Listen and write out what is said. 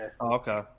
Okay